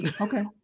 Okay